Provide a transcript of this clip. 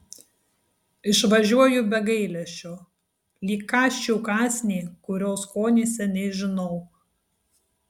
išvažiuoju be gailesčio lyg kąsčiau kąsnį kurio skonį seniai žinau